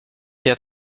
der